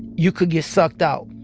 you could get sucked out